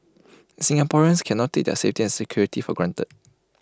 Singaporeans cannot take their safety and security for granted